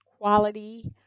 quality